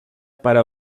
para